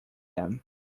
them